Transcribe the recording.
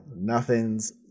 nothing's